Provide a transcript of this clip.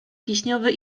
wiśniowy